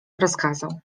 rozkazał